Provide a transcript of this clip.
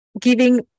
giving